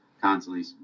constantly